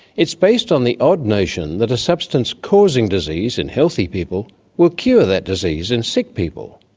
it's based on the odd notion that a substance causing disease in healthy people will cure that disease in sick people.